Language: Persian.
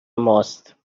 ماست